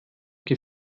das